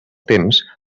temps